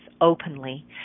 openly